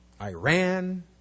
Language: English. Iran